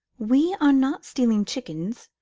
we are not stealing chickens,